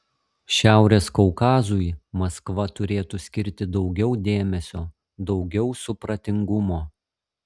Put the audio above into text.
šiaurės kaukazui maskva turėtų skirti daugiau dėmesio daugiau supratingumo